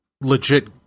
legit